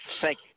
Thank